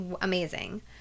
amazing